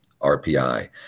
RPI